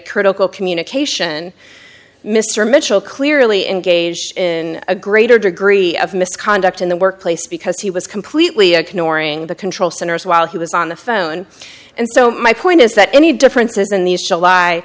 critical communication mr mitchell clearly engaged in a greater degree of misconduct in the workplace because he was completely ignoring the control centers while he was on the phone and so my point is that any differences in these